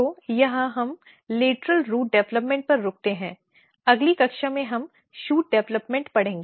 तो यहाँ हम लेटरल रूट विकास पर रुकते हैं अगली कक्षा में हम शूट डेवलपमेंट लेंगे